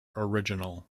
original